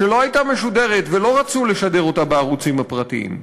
שלא הייתה משודרת ולא רצו לשדר אותה בערוצים הפרטיים.